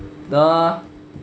the